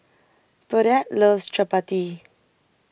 Burdette loves Chapati